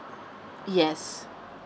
yes